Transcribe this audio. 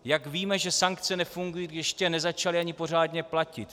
Jak víme, že sankce nefungují, když ještě nezačaly ani pořádně platit?